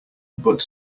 but